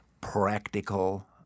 practical